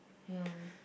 ya